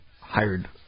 hired